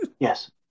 Yes